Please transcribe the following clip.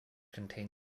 contain